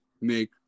make